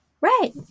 right